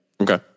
Okay